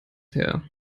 her